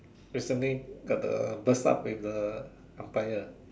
recently got the burst up with the empire